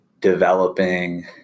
developing